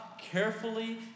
carefully